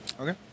okay